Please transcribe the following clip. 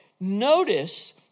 Notice